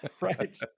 Right